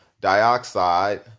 dioxide